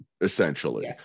essentially